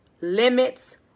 limits